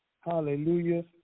Hallelujah